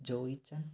Joychan